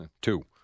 Two